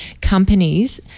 companies